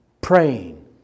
praying